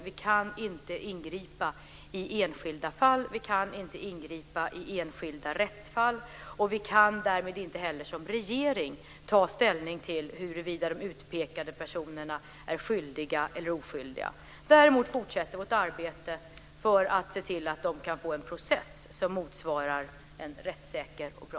Vi kan inte ingripa i enskilda fall. Vi kan inte ingripa i enskilda rättsfall. Vi kan därmed inte heller som regering ta ställning till huruvida de utpekade personerna är skyldiga eller oskyldiga. Däremot fortsätter vårt arbete för att se till att de kan få en process som är rättssäker och bra.